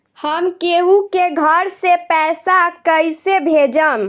हम केहु के घर से पैसा कैइसे भेजम?